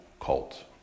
cult